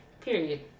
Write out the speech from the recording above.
Period